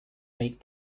meat